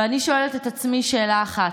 ואני שואלת את עצמי שאלה אחת: